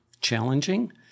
challenging